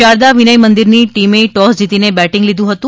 શારદા વિનય મંદિરની ટીમે ટોસ જીતીને બેટીંગ લીધું હતું